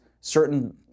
certain